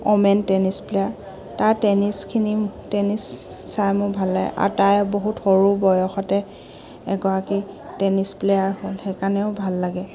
women tennis player তাৰ টেনিছখিনি tennis চাই মোৰ ভাল লাগে আৰু তাই বহুত সৰু বয়সতে এগৰাকী টেনিছ প্লেয়াৰ হ'ল সেইকাৰণেও ভাল লাগে